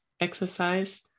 exercise